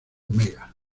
omega